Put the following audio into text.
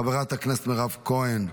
חברת הכנסת מירב כהן,